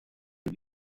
zoo